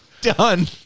done